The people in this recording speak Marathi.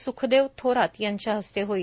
स्खदेव थोरात यांच्या हस्ते होईल